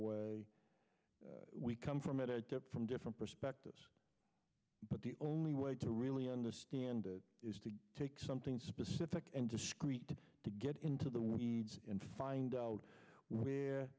way we come from it from different perspectives but the only way to really understand it is to take something specific and discreet to get into the weeds and find out where